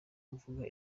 mvuga